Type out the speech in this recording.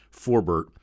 Forbert